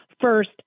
first